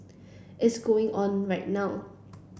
it's going on right now